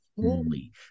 holy